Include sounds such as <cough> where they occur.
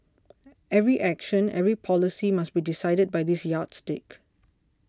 <noise> every action every policy must be decided by this yardstick